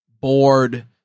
bored